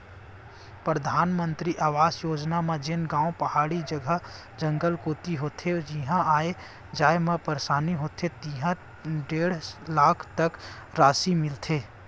परधानमंतरी आवास योजना म जेन गाँव पहाड़ी जघा, जंगल कोती होथे जिहां आए जाए म परसानी होथे तिहां डेढ़ लाख तक रासि मिलथे